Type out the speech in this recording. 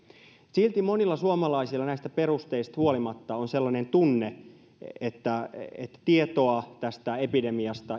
silti monilla suomalaisilla näistä perusteista huolimatta on sellainen tunne että tietoa tästä epidemiasta